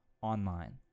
online